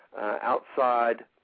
outside